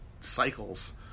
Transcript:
cycles